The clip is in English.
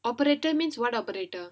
operator means what operator